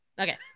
Okay